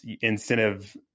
incentive